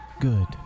Good